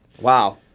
Wow